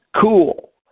cool